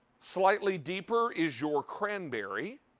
slightly deeper is your cranberry.